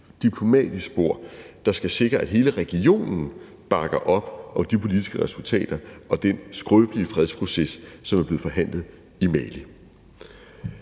diplomatisk spor, der skal sikre, at regionen bakker op om de politiske resultater og den skrøbelige fredsproces, som er blevet forhandlet i Mali.